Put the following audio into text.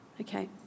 Okay